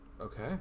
Okay